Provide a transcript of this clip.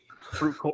fruit